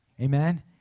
Amen